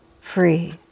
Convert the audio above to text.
free